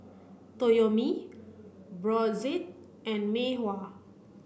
Toyomi Brotzeit and Mei Hua